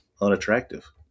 unattractive